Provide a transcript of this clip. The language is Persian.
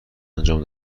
انجام